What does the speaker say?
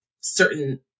certain